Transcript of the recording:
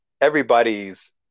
everybody's